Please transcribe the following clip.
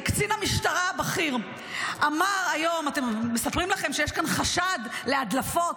וקצין המשטרה הבכיר אמר היום: מספרים לכם שיש כאן חשד להדלפות.